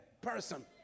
person